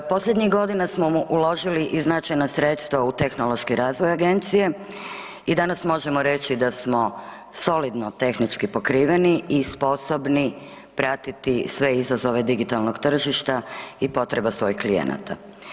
Posljednjih godina smo uložili i značajna sredstva u tehnološki razvoj agencije, i danas možemo reći da smo solidno tehnički pokriveni i sposobni pratiti sve izazove digitalnog tržišta i potreba svojih klijenata.